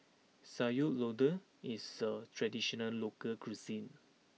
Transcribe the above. Sayur Lodeh is a traditional local cuisine